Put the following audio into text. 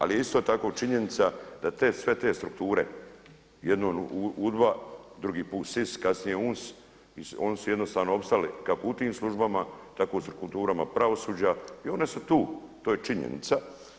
Ali je isto tako činjenica da sve te strukture jednom UDBA, drugi put SIS, kasnije UNS i oni su jednostavno opstali kako u tim službama tako u strukturama pravosuđa i oni su tu, to je činjenica.